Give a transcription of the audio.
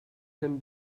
can